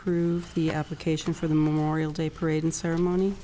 approve the application for the memorial day parade and ceremony